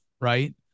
Right